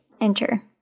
enter